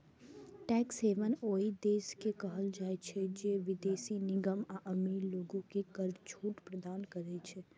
tax haven ओइ देश के कहल जाइ छै, जे विदेशी निगम आ अमीर लोग कें कर छूट प्रदान करै छै